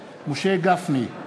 גפני,